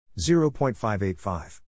0.585